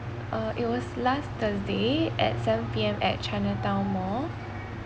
uh it was last thursday at seven P_M at chinatown mall